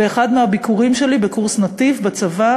הדוכן: באחד מהביקורים שלי בקורס "נתיב" בצבא